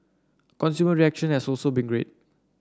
consumer reaction has also been great